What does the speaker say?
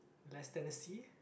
less than a C